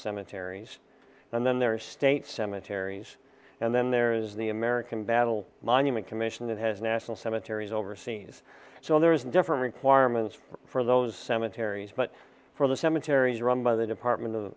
cemeteries and then there are state cemeteries and then there is the american battle monument commission that has national cemeteries overseas so there is a different choir moncef for those cemeteries but for the cemeteries run by the department of